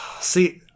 see